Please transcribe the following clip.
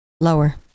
lower